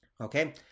Okay